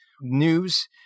news